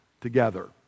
together